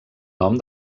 nom